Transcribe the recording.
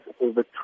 over